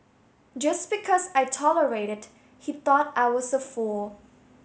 just because I tolerated he thought I was a fool